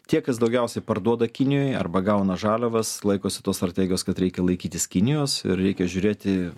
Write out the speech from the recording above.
tie kas daugiausiai parduoda kinijoj arba gauna žaliavas laikosi tos strategijos kad reikia laikytis kinijos ir reikia žiūrėti